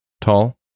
tall